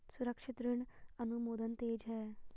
सुरक्षित ऋण अनुमोदन तेज है